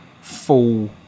full